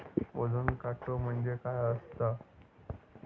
वजन काटो म्हणजे काय असता?